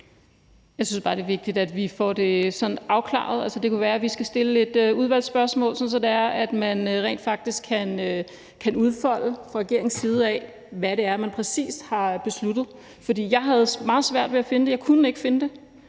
Jeg synes bare, det er vigtigt, at vi sådan får det afklaret. Det kunne være, vi skulle stille et udvalgsspørgsmål, sådan at man rent faktisk fra regeringens side kan udfolde, hvad det er, man præcis har besluttet, for jeg havde meget svært ved at finde det. Jeg kunne ikke finde det